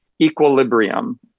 equilibrium